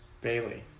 Bailey